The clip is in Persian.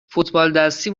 فوتبالدستی